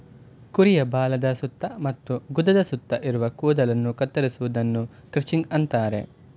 ಕುರಿಯ ಬಾಲದ ಸುತ್ತ ಮತ್ತು ಗುದದ ಸುತ್ತ ಇರುವ ಕೂದಲನ್ನು ಕತ್ತರಿಸುವುದನ್ನು ಕ್ರಚಿಂಗ್ ಅಂತರೆ